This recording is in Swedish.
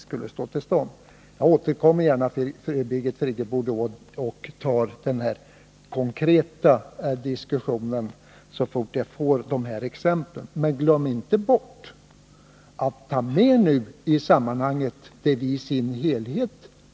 Jag återkommer gärna och tar den konkreta diskussionen så fort jag får exemplen. Men glöm inte bort att ta med vad vpk:s förslag innebär i sin helhet!